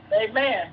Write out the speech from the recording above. Amen